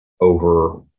over